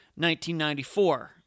1994